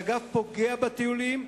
שאגב פוגע בטיולים,